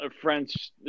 french